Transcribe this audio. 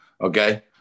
Okay